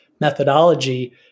Methodology